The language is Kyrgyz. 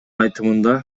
айтымында